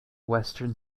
western